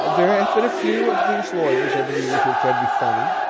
there have been a few of these lawyers over the years who have tried to be funny.